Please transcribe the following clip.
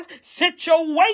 situation